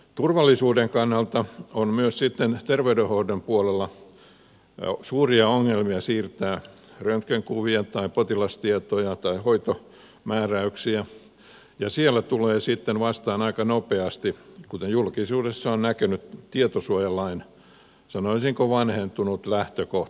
turvallisuuden kannalta on myös sitten ter veydenhoidon puolella suuria ongelmia siirtää röntgenkuvia tai potilastietoja tai hoitomääräyksiä ja siellä tulee sitten vastaan aika nopeasti kuten julkisuudessa on näkynyt tietosuojalain sanoisinko vanhentunut lähtökohta